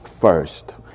first